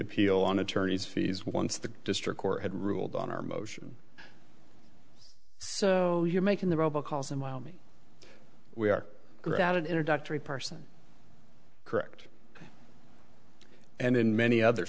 appeal on attorney's fees once the district court had ruled on our motion so you're making the robo calls in miami we are grouted introductory percent correct and in many other